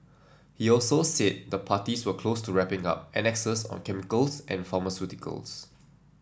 he also said the parties were close to wrapping up annexes on chemicals and pharmaceuticals